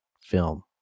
film